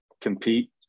compete